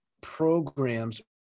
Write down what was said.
programs